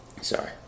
Sorry